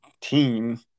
team